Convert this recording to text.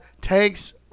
takes